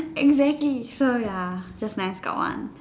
exactly so ya just nice got one